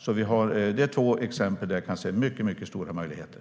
Detta är två exempel där jag kan se mycket stora möjligheter.